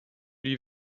lui